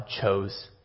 chose